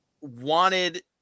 wanted